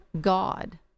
God